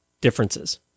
differences